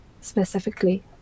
specifically